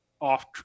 off